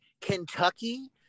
Kentucky